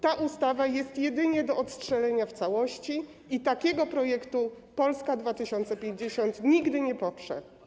Ta ustawa jest jedynie do odstrzelenia w całości i takiego projektu Polska 2050 nigdy nie poprze.